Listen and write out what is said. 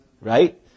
right